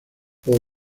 por